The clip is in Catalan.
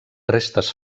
restes